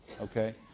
okay